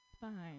Fine